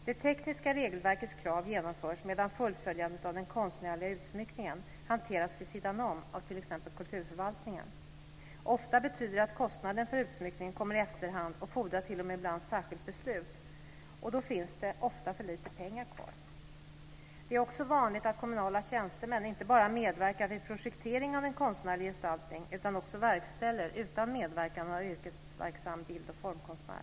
Det tekniska regelverkets krav genomförs medan fullföljandet av den konstnärliga utsmyckningen hanteras vid sidan om av t.ex. kulturförvaltningen. Ofta betyder det att kostnaden för utsmyckningen kommer i efterhand och t.o.m. ibland fordrar särskilt beslut, och då finns det ofta för lite pengar kvar. Det är också vanligt att kommunala tjänstemän inte bara medverkar vid projektering av en konstnärlig gestaltning utan att de också är med och verkställer utan medverkan av yrkesverksam bild och formkonstnär.